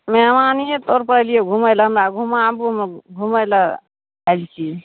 मेहमानिए तौर पर एलिऐ घूमय लै हमरा घूमाबू हम घूमय लै आयल छियै